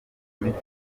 imico